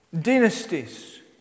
dynasties